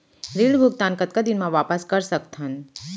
ऋण भुगतान कतका दिन म वापस कर सकथन?